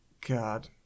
god